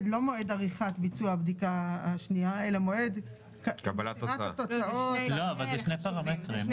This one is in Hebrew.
סקירת התוצאות --- אבל מדובר בשני פרמטרים שונים.